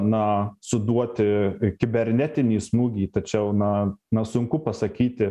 na suduoti kibernetinį smūgį tačiau na na sunku pasakyti